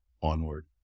onward